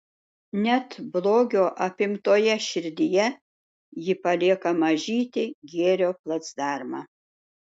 net blogio apimtoje širdyje ji palieka mažytį gėrio placdarmą